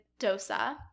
Dosa